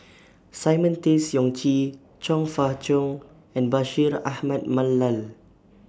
Simon Tay Seong Chee Chong Fah Cheong and Bashir Ahmad Mallal